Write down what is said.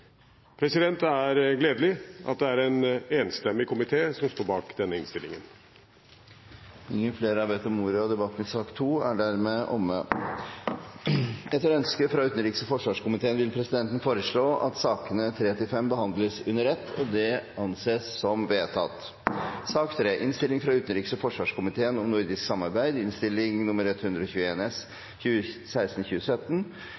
Det er gledelig at det er en enstemmig komité som står bak denne innstillingen. Flere har ikke bedt om ordet til sak nr. 2. Etter ønske fra utenriks- og forsvarskomiteen vil presidenten foreslå at sakene nr. 3–5 behandles under ett – og det anses som vedtatt. Etter ønske fra utenriks- og forsvarskomiteen vil presidenten foreslå at debatten blir begrenset til 1 time og